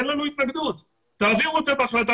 אין לנו התנגדות אבל תעבירו את זה בהחלטת